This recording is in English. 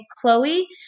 Chloe